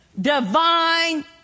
divine